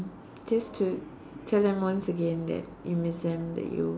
just to tell them once again that you miss them that you